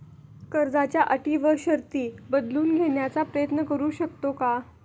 कर्जाच्या अटी व शर्ती बदलून घेण्याचा प्रयत्न करू शकतो का?